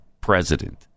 president